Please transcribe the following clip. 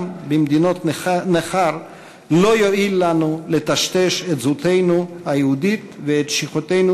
במדינות נֵכָר לא יועיל לנו לטשטש את זהותנו היהודית ואת שייכותנו